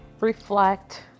reflect